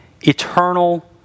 eternal